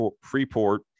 Freeport